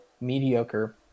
mediocre